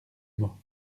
mot